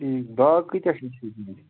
ٹھیٖک باغ کٲتیٛاہ چھِ